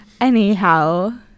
Anyhow